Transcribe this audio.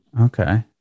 Okay